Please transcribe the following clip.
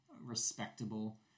Respectable